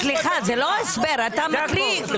סליחה, זה לא הסבר, אתה מקריא.